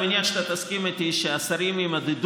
אני מניח שאתה תסכים איתי שהשרים יימדדו